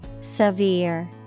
severe